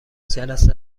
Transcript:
جلسه